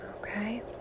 Okay